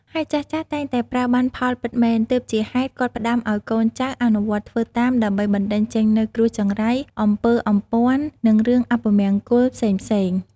ហើយចាស់ៗតែងតែប្រើបានផលពិតមែន ទើបជាហេតុគាត់ផ្តាំឲ្យកូនចៅអនុវត្តធ្វើតាមដើម្បីបណ្តេញចេញនូវគ្រោះចង្រៃ អំពើអំព័ន្ធ និងរឿងអពមង្គលផ្សេងៗ។